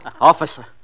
Officer